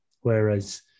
whereas